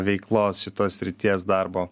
veiklos šitos srities darbo